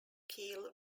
kiel